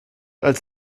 als